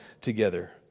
together